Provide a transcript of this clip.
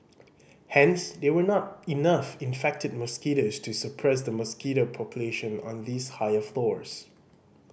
hence there were not enough infected mosquitoes to suppress the mosquito population on these higher floors